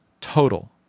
total